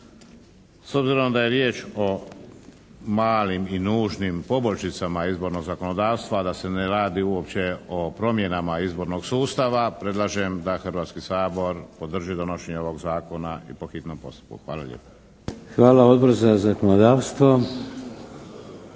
S obzirom da je riječ o malim i nužnim poboljšicama izbornog zakonodavstva, da se ne radi uopće o promjenama izbornog sustava predlažem da Hrvatski sabor podrži donošenje ovog zakona i po hitnom postupku. Hvala lijepa. **Šeks, Vladimir (HDZ)** Hvala.